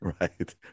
Right